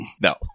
no